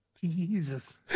Jesus